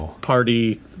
party